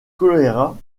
choléra